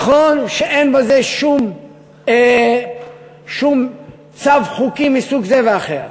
נכון שאין בזה שום צו חוקי מסוג זה או אחר,